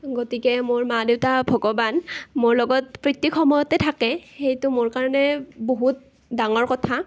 গতিকে মোৰ মা দেউতা ভগৱান মোৰ লগত প্ৰত্যেক সময়তে থাকে সেইটো মোৰ কাৰণে বহুত ডাঙৰ কথা